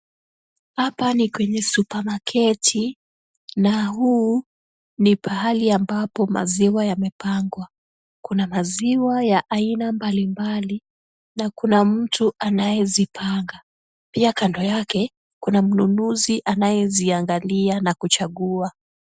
Hapa ni kwenye supermarket , na huu ni pahali ambapo maziwa yamepangwa. Kuna maziwa ya aina mbali mbali na kuna mtu anayezipanga. Pia kando yake, kuna mnunuzi anayeziangalia na kuchagua.